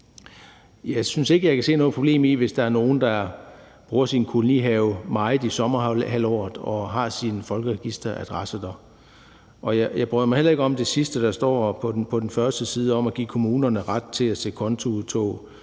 Jeg synes ikke, at jeg kan se noget problem i det, hvis der er nogle, der bruger deres kolonihaver meget i sommerhalvåret og har deres folkeregisteradresser der. Og jeg bryder mig heller ikke om det sidste, der står på den første side, om at give kommunerne ret til at se kontoudtog